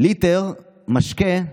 ליטר משקה,